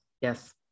Yes